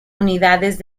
unidades